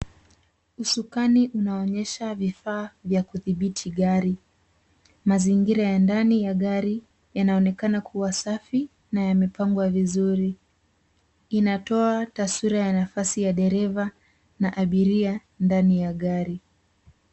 Usukani unaonyesha vifaa vya kudhibiti gari. Mazingira ya ndani ya gari yanaonekana kuwa safi na yamepangwa vizuri. Inatoa taswira ya nafasi ya dereva na abiria ndani ya gari.